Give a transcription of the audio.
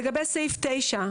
לגבי סעיף (9),